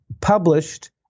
published